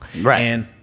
Right